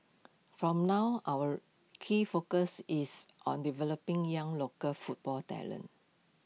from now our key focus is on developing young local football talent